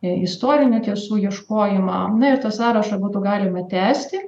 istorinių tiesų ieškojimą na ir tą sąrašą būtų galima tęsti